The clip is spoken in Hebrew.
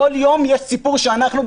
כל יום יש סיפור שאנחנו,